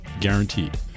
guaranteed